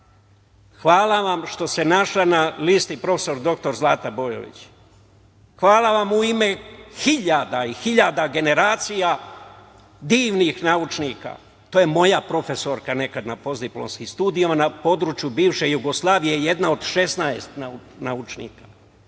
Hvala vam što se našla na listi prof. dr Zlata Bojović. Hvala vam u ime hiljade i hiljade generacija divnih naučnika. To je moja profesorka na postdiplomskim studijama na području bivše Jugoslavije, jedna od 16 naučnika.